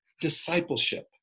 discipleship